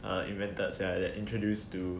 uh invented sia that introduced to